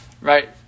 right